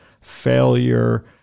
failure